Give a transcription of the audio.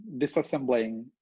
disassembling